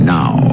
now